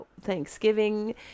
Thanksgiving